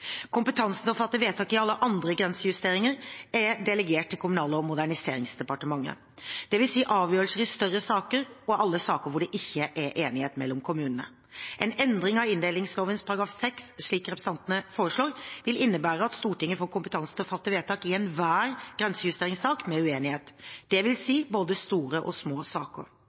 Kompetansen til å fatte vedtak i alle andre grensejusteringer er delegert til Kommunal- og moderniseringsdepartementet, dvs. avgjørelser i større saker og alle saker hvor det ikke er enighet mellom kommunene. En endring av inndelingsloven § 6, slik representantene foreslår, vil innebære at Stortinget får kompetansen til å fatte vedtak i enhver grensejusteringssak med uenighet, dvs. både store og små saker.